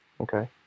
Okay